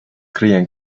creían